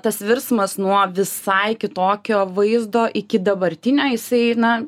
tas virsmas nuo visai kitokio vaizdo iki dabartinio jisai na